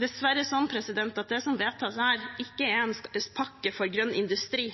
dessverre sånn at det som vedtas her, ikke er en pakke for grønn industri,